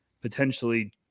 potentially